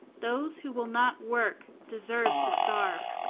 those who will not work deserve to starve.